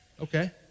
Okay